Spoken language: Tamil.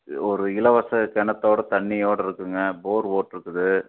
ஒரு இலவச கிணத்தோட தண்ணியோடு இருக்குதுங்க போர் போட்டிருக்குது